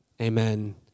Amen